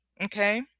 okay